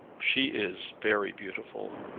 she is very beautiful.